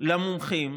למומחים